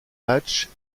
matchs